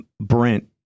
Brent